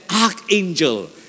archangel